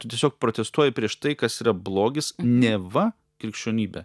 tu tiesiog protestuoji prieš tai kas yra blogis neva krikščionybė